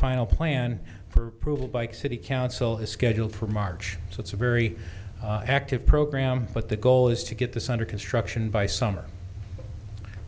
final plan for proved by city council is scheduled for march so it's a very active program but the goal is to get this under construction by summer